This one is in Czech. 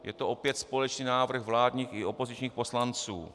Je to opět společný návrh vládních i opozičních poslanců.